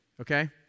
okay